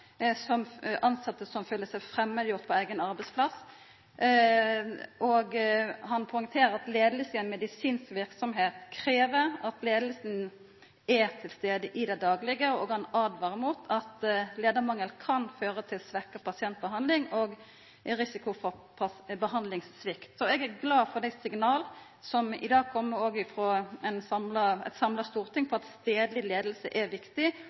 som føler seg framandgjorde på eigen arbeidsplass. Han poengterer at leiing i ei medisinsk verksemd krev at leiinga er til stades i det daglege, og han åtvarar mot at leiarmangel kan føra til svekt pasientbehandling og risiko for behandlingssvikt. Eg er glad for dei signala som i dag kjem frå eit samla storting om at stadleg leiing er viktig